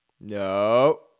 no